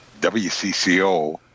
WCCO